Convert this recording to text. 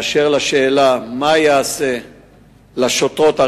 אשר לשאלה מה ייעשה לשוטרות,